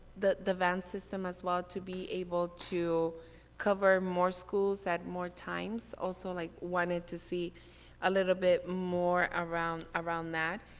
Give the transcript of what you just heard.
the the van system as well to be able to cover more schools at more times, also like wanted to see a little bit more around around that.